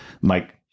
Mike